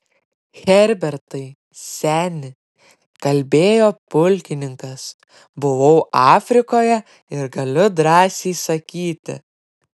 herbertai seni kalbėjo pulkininkas buvau afrikoje ir galiu drąsiai sakyti